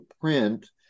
print